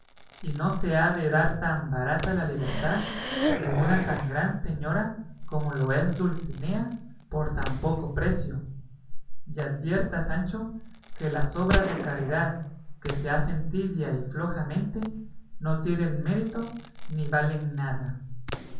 y no se ha de dar tan barata la libertad de una tan gran señora como lo es dulcinea por tan poco precio y advierta sancho que las obras de caridad que se hacen tibia y flojamente no tienen mérito ni valen nada